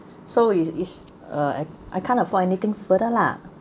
so is is uh I can't afford anything further lah